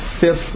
fifth